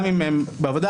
גם אם הם בעבודה,